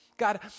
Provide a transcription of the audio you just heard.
God